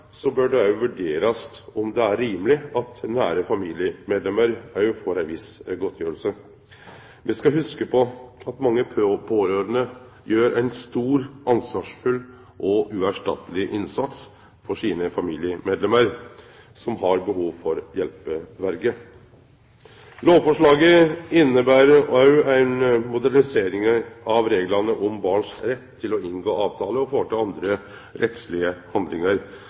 bør det òg vurderast om det er rimeleg at nære familiemedlemer òg får ei viss godtgjering. Me skal hugse på at mange pårørande gjer ein stor, ansvarsfull og uerstatteleg innsats for sine familiemedlemer som har behov for hjelpeverje. Lovforslaget inneber òg ei modernisering av reglane om barns rett til å inngå avtaler og føreta andre rettslege handlingar.